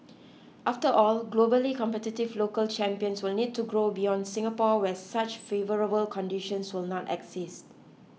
after all globally competitive local champions will need to grow beyond Singapore where such favourable conditions will not exist